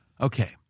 Okay